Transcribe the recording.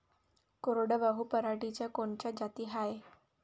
कोरडवाहू पराटीच्या कोनच्या जाती हाये?